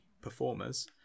performers